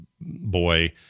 boy